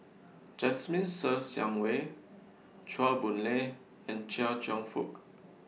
Jasmine Ser Xiang Wei Chua Boon Lay and Chia Cheong Fook